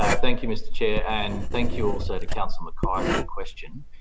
ah thank you, mr chair, and thank you also to councillor mackay for the question.